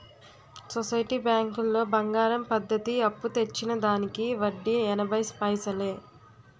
society బ్యాంకులో బంగారం పద్ధతి అప్పు తెచ్చిన దానికి వడ్డీ ఎనభై పైసలే